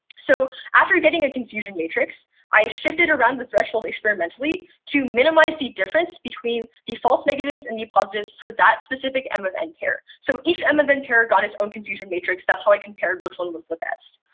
so after getting a confusion matrix i shifted around the threshold experimentally to minimize the difference between the false negatives and the positives for that specific m of n pair. so each m of n pair got its own confusion matrix. that's how i compared which one was the best.